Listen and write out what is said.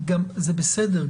זה בסדר.